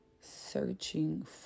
searching